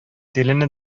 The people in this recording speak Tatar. тилене